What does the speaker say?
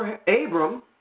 Abram